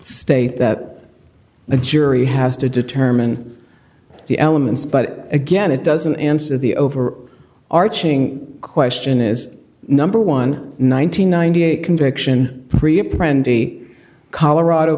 state that the jury has to determine the elements but again it doesn't answer the over arching question is number one nine hundred ninety eight conviction